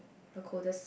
the coldest